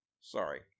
Sorry